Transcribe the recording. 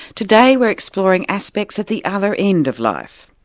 today we're exploring aspects at the other end of life.